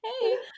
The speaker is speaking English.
Hey